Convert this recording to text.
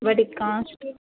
వాటి కాస్టు